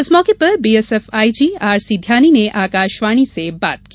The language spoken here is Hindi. इस मौके पर BSF IG R C Dhyani ने आकाशवाणी से बात की